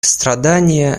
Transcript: страдания